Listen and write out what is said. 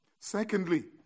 Secondly